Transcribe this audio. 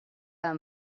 amb